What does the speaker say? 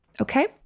Okay